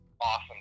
awesome